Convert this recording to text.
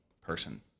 person